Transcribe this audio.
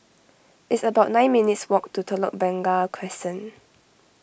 it's about nine minutes walk to Telok Blangah Crescent